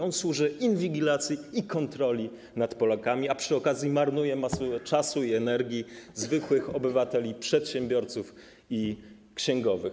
On służy inwigilacji i kontroli nad Polakami, a przy okazji marnuje masę czasu i energii zwykłych obywateli, przedsiębiorców i księgowych.